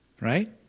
right